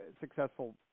successful